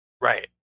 Right